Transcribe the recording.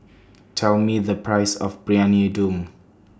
Tell Me The Price of Briyani Dum